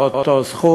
נשאר באותו מספר: